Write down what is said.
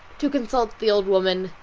to consult the old woman,